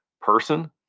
person